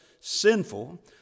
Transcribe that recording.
sinful